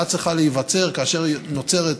ההרתעה צריכה להיווצר כאשר נוצרת